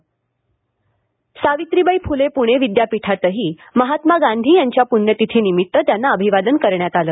हतात्मादिन साफ़पवि सावित्रीबाई फुले पूणे विद्यापीठातही महात्मा गांधी यांच्या पुण्यतिथीनिमित्त त्यांना अभिवादन करण्यात आलं